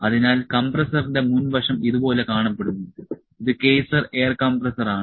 അതിനാൽ കംപ്രസ്സറിന്റെ മുൻവശം ഇതുപോലെ കാണപ്പെടുന്നു ഇത് കെയ്സർ എയർ കംപ്രസ്സറാണ്